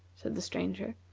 said the stranger,